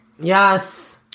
Yes